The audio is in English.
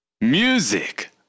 Music